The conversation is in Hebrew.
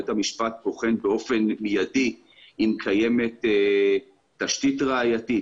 בית המשפט בוחן באופן מיידי אם קיימת תשתית ראייתית,